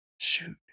Shoot